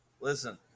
Listen